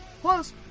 Plus